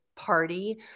party